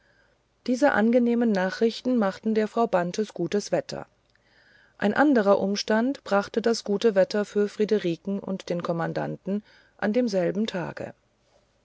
diese angenehmen nachrichten machten der frau bantes gutes wetter ein anderer umstand brachte das gute wetter für friederiken und den kommandanten an demselben tage